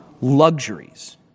luxuries